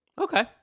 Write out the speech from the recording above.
Okay